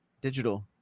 digital